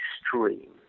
extreme